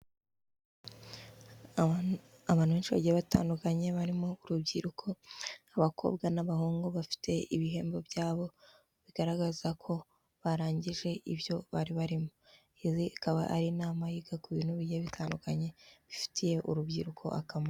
Abantu benshi bagiye batandukanye barimo urubyiruko, abakobwa n'abahungu, bafite ibihembo byabo bigaragaza ko barangije ibyo bari barimo, izi ikaba ari inama yiga ku bintu bigiye bitandukanye bifitiye urubyiruko akamaro.